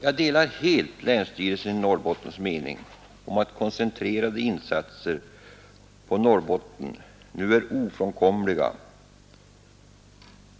Jag delar helt länsstyrelsens i Norrbotten mening att koncentrerade insatser i Norrbotten nu är ofrånkomliga,